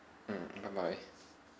mm bye bye